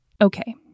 Okay